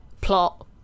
plot